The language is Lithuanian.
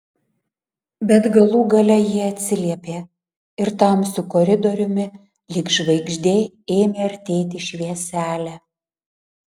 bet galų gale ji atsiliepė ir tamsiu koridoriumi lyg žvaigždė ėmė artėti švieselė